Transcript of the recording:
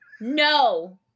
No